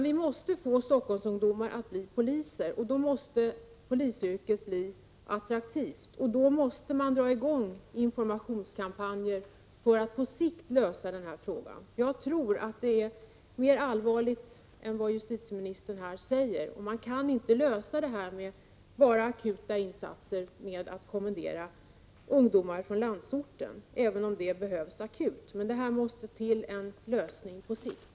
Vi måste få Stockholmsungdomar att bli poliser, och då måste polisyrket bli attraktivt. Man måste därför dra i gång informationskampanjer för att på sikt lösa denna fråga. Jag tror att den är mer allvarlig än vad justitieministern här säger. Man kan inte lösa frågan enbart genom insatser i form av inkommendering av ungdomar från landsorten, även om detta är nödvändigt i akuta lägen. Man måste komma fram till en lösning på sikt.